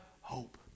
hope